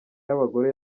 y’abagore